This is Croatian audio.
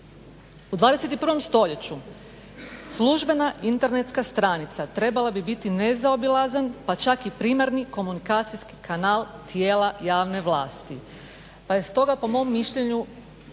U 21. stoljeću službena internetska stranica trebala bi biti nezaobilazan pa čak i primarni komunikacijski kanal tijela javne vlasti, pa je stoga po mom mišljenju